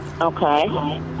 Okay